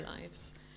lives